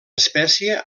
espècie